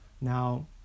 Now